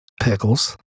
pickles